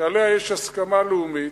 שעליה יש הסכמה לאומית,